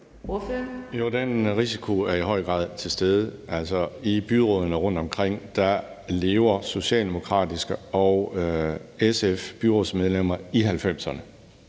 den risiko er i høj grad til stede. I byrådene rundtomkring lever socialdemokratiske byrådsmedlemmer og